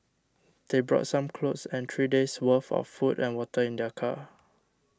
they brought some clothes and three days' worth of food and water in their car